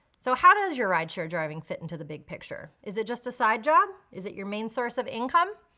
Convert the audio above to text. so how does your rideshare driving fit into the big picture? is it just a side job? is it your main source of income?